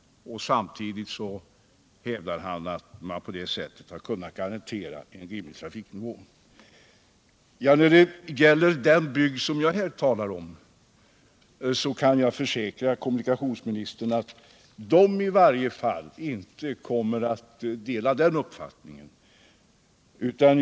Samtidigt hävdar han att man på det sättet har kunnat garantera en rimlig trafiknivå. När det gäller den bygd som jag här talar om kan jag försäkra att människorna där inte kommer att dela kommunikationsministerns uppfatt ning.